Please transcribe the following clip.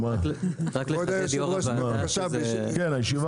השני, בבקשה.